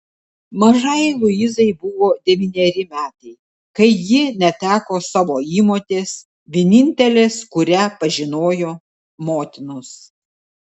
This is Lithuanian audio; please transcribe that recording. mažajai luizai buvo devyneri metai kai ji neteko savo įmotės vienintelės kurią pažinojo motinos